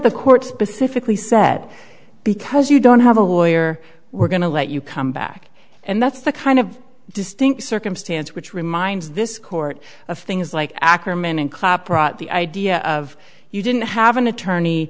the court specifically said because you don't have a lawyer we're going to let you come back and that's the kind of distinct circumstance which reminds this court of things like ackerman and clapp brought the idea of you didn't have an attorney